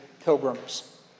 pilgrims